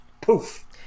poof